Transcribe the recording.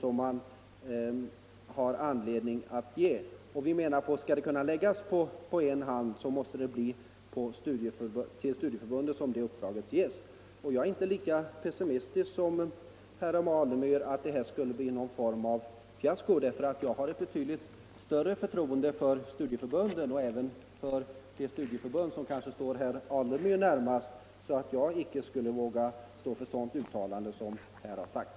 Skall detta kunna läggas på en hand så måste uppdraget ges till studieförbunden. Jag är inte lika pessimistisk som herr Alemyr att det här skulle bli någon form av fiasko, för jag har ett betydligt större förtroende för studieförbunden — även för det studieförbund som kanske står herr Alemyr närmast. Jag skulle icke våga stå för ett sådant uttalande som herr Alemyr här gjort.